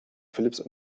philipps